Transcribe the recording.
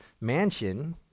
mansion